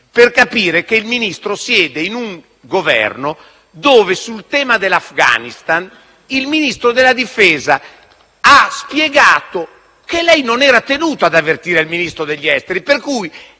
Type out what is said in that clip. non capire che il Ministro siede in un Governo dove, sul tema dell'Afghanistan, il Ministro della difesa ha spiegato che non era tenuto ad avvertire il Ministro degli affari esteri.